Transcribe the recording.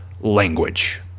language